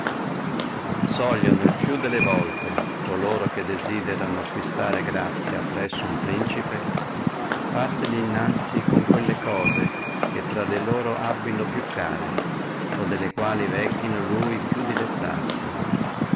sogliono el più delle volte coloro che desiderano acquistare grazia appresso uno principe farseli incontro con quelle cose che infra le loro abbino più care o delle quali vegghino lui più delettarsi